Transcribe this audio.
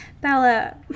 bella